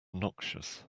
noxious